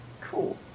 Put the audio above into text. Cool